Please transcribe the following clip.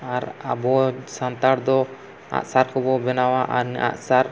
ᱟᱨ ᱟᱵᱚ ᱥᱟᱱᱛᱟᱲᱫᱚ ᱟᱜᱼᱥᱟᱨ ᱠᱚᱵᱚ ᱵᱮᱱᱟᱣᱟ ᱟᱨ ᱚᱱᱟ ᱟᱜᱼᱥᱟᱨ